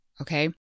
Okay